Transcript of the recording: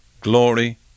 glory